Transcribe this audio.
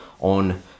on